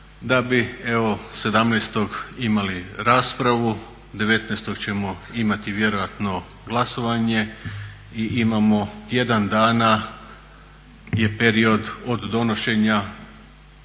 da bi evo 17. imali raspravu. 19. ćemo imati vjerojatno glasovanje i imamo tjedan dana je period od donošenja